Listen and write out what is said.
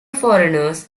foreigners